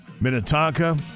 Minnetonka